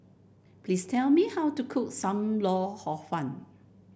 please tell me how to cook Sam Lau Hor Fun